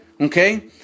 okay